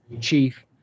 chief